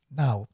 now